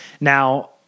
Now